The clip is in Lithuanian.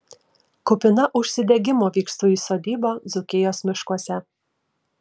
kupina užsidegimo vykstu į sodybą dzūkijos miškuose